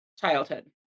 childhood